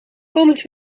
komend